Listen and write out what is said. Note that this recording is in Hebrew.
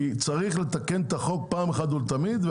כי צריך לתקן את החוק פעם אחת ולתמיד,